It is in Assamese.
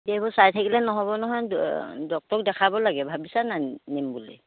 এইবো চাই থাকিলে নহ'ব নহয় ডক্তৰক দেখাব লাগে ভাবিছা নাই নিম বুলি